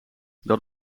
dat